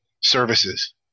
services